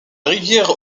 rivière